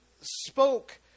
spoke